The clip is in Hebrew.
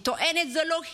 היא טוענת שזאת לא היא,